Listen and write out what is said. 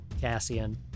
Cassian